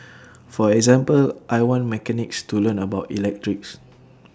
for example I want mechanics to learn about electrics